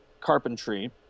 carpentry